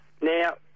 Now